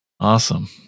Awesome